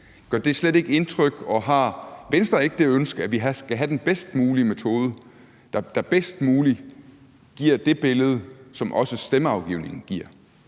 Gør det slet ikke indtryk, og har Venstre ikke det ønske, at vi skal have den bedst mulige metode, der bedst muligt giver det billede, som også stemmeafgivningen giver?